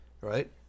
right